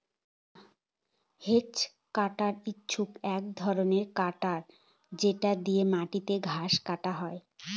hedge cutter হচ্ছে এক ধরনের কাটার যেটা দিয়ে মাটিতে ঘাস কাটা হয়